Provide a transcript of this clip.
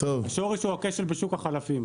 השורש הוא הכשל בשוק החלפים.